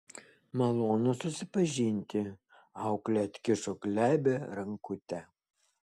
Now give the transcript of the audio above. malonu susipažinti auklė atkišo glebią rankutę